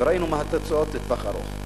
וראינו מה התוצאות לטווח ארוך.